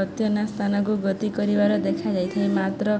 ଅତ୍ୟନା ସ୍ଥାନକୁ ଗତି କରିବାର ଦେଖାଯାଇଥାଏ ମାତ୍ର